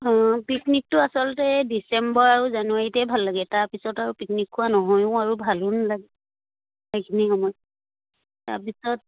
অঁ পিকনিকটো আচলতে ডিচেম্বৰ আৰু জানুৱাৰীতেই ভাল লাগে তাৰপিছত আৰু পিকনিক খোৱা নহয়ো আৰু ভালো নালাগে সেইখিনি সময়ত তাৰপিছত